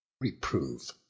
Reprove